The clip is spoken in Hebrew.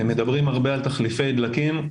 מדברים הרבה על תחליפי דלקים,